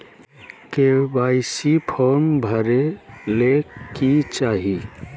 KYC form भरे ले कि चाही?